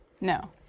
No